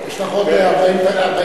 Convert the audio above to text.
יש לך עוד 40 שניות.